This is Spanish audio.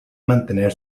mantener